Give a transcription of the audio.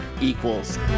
equals